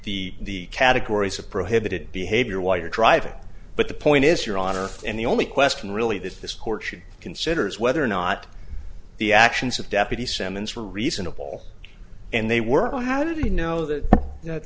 the categories of prohibited behavior while you're driving but the point is your honor and the only question really that this court should consider is whether or not the actions of deputy semmens were reasonable and they were or how did he know that th